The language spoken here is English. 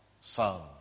Son